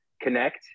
connect